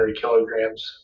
kilograms